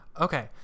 Okay